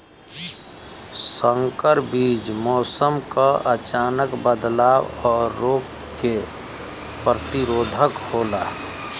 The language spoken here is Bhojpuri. संकर बीज मौसम क अचानक बदलाव और रोग के प्रतिरोधक होला